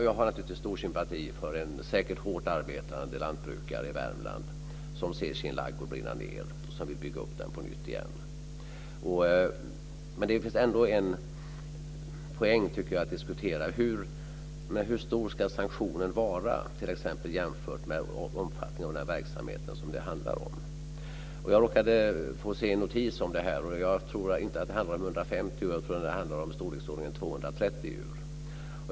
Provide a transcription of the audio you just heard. Jag har naturligtvis stor sympati för en säkert hårt arbetande lantbrukare i Värmland som ser sin ladugård brinna ned och som vill bygga upp den på nytt. Men det finns ändå en poäng att diskutera: Hur stor ska sanktionen vara jämfört med omfattningen av verksamheten? Jag råkade se en notis om detta. Jag tror inte att det handlar om 150 utan i storleksordningen 230 djur.